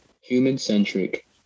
human-centric